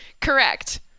Correct